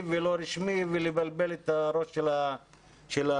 ולא רשמי ולבלבל את הראש של האנשים.